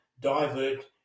Divert